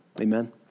Amen